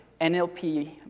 NLP